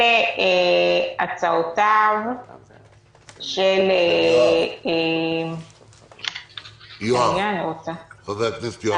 אלה הצעותיו של --- של חבר הכנסת יואב